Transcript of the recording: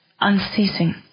unceasing